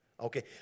Okay